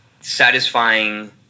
satisfying